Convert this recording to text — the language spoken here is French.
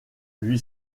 lui